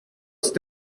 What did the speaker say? ist